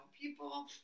People